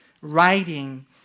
writing